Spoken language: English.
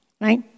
right